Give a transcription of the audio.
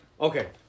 Okay